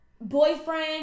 boyfriend